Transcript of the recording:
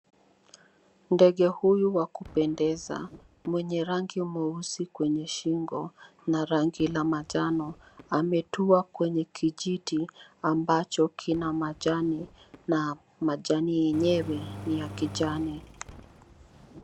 Ndege huyu wa kupendeza mwenye rangi mweusi kwenye shingo na rangi la manjano, ametua kwenye kijiti ambacho kina majani na majani yenyewe ni ya kijani.